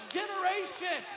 generation